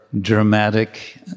dramatic